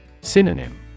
Synonym